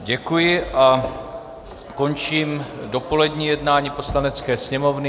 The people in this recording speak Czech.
Děkuji a končím dopolední jednání Poslanecké sněmovny.